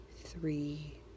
three